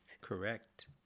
Correct